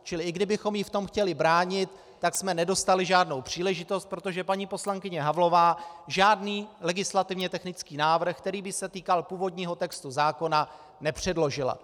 Čili i kdybychom jí v tom chtěli bránit, tak jsme nedostali žádnou příležitost, protože paní poslankyně Havlová žádný legislativně technický návrh, který by se týkal původního textu zákona, nepředložila.